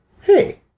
hey